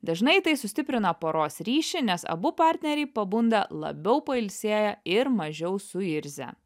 dažnai tai sustiprina poros ryšį nes abu partneriai pabunda labiau pailsėję ir mažiau suirzę